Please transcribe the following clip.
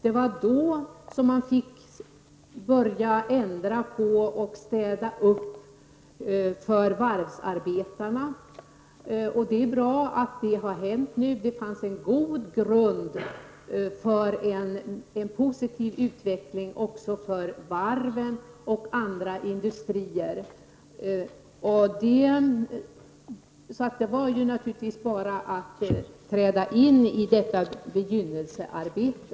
Det var då som man fick börja städa upp när det gällde förhållandena för varvsarbetarna. Nu är det bra att detta har hänt — det lades en grund för en positiv utveckling också för varven och andra industrier, så det var naturligtvis bara att träda in, efter detta begynnelsearbete.